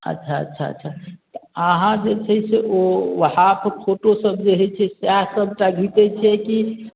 अच्छा अच्छा अच्छा तऽ अहाँ जे छै से ओ हाफ फोटो सब जे होइ छै सएह सबटा घिचै छिए कि